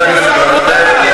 לדברים שאת אומרת.